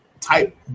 type